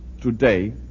today